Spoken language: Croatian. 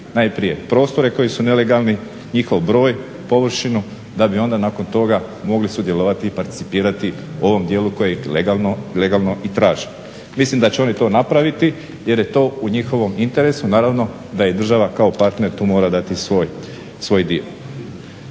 najprije prostore koji su nelegalni, njihov broj, površinu, da bi onda nakon toga mogli sudjelovati i percipirati u ovom dijelu koji je legalno i tražen. Mislim da će oni to napraviti, jer je to u njihovom interesu naravno da i država kao partner tu mora dati svoj dio.